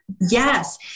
Yes